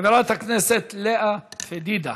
חברת הכנסת לאה פדידה.